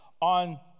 on